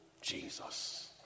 Jesus